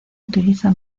utiliza